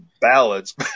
ballads